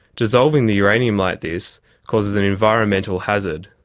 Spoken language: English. dissolving the uranium like this causes an environmental hazard.